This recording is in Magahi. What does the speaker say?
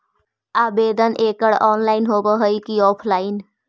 आवेदन एकड़ ऑनलाइन होव हइ की ऑफलाइन?